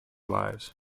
lives